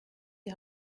die